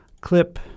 clip